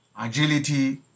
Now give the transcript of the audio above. Agility